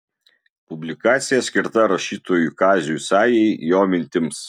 publikacija skirta rašytojui kaziui sajai jo mintims